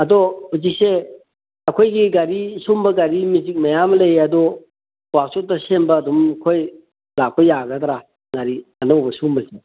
ꯑꯗꯣ ꯍꯧꯖꯤꯛꯁꯦ ꯑꯩꯈꯣꯏꯒꯤ ꯒꯥꯔꯤ ꯁꯤꯒꯨꯝꯕ ꯒꯥꯔꯤ ꯃꯦꯖꯤꯛ ꯃꯌꯥꯝ ꯂꯩ ꯑꯗꯣ ꯋꯥꯛꯁꯣꯞꯇ ꯁꯦꯝꯕ ꯑꯗꯨꯝ ꯑꯩꯈꯣꯏ ꯂꯥꯛꯄ ꯌꯥꯒꯗ꯭ꯔꯥ ꯒꯥꯔꯤ ꯑꯅꯧꯕ ꯁꯤꯒꯨꯝꯕꯁꯦ